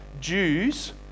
Jews